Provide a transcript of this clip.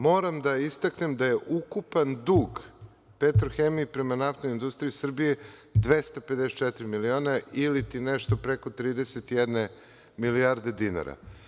Moram da istaknem da je ukupan dug „Petrohemije“ prema NIS 254 miliona ili ti nešto preko 31 milijarde dinara.